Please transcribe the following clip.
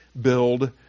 build